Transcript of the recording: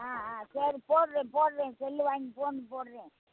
ஆ ஆ சரி போடுறேன் போடுறேன் செல்லு வாங்கி போன் போடுறேன்